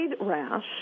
rash